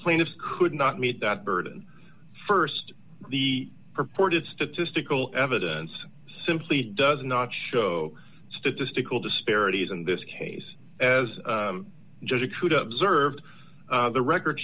plaintiff could not meet that burden st the purported statistical evidence simply does not show statistical disparities in this case as judge accrued observed the record